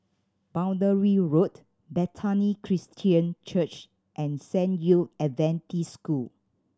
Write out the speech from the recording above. Boundary Road Bethany Christian Church and San Yu Adventist School